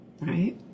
Right